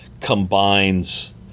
combines